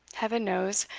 heaven knows,